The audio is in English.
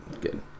Good